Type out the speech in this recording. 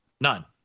None